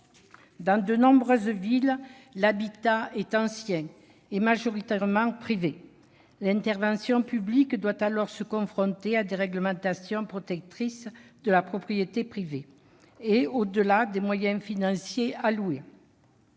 Dans de nombreuses villes, l'habitat est ancien et majoritairement privé. L'intervention publique doit alors se confronter à des réglementations protectrices de la propriété privée et, au-delà des moyens financiers alloués,